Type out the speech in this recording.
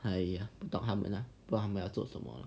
!aiyo! 不懂他们 lah 他们要做什么